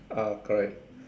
ah correct